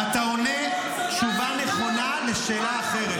אתה עונה תשובה נכונה לשאלה אחרת.